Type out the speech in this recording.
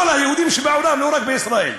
כל היהודים שבעולם, לא רק בישראל,